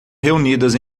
reunidas